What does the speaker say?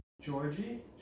Georgie